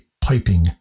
piping